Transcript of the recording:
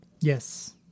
Yes